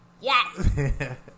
Yes